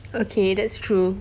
okay that's true